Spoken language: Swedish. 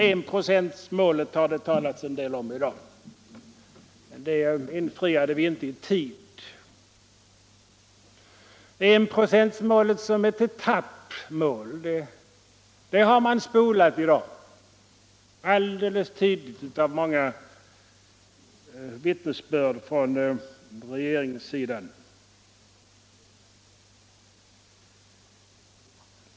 Enprocentsmålet har det talats en del om i dag. Det infriade vi inte i tid. Enprocentsmålet som ett etappmål har man spolat i dag. Det framgår alldeles tydligt av många vittnesbörd från regeringssidan.